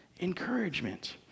encouragement